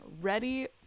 ready